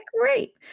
great